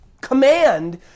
command